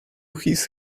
his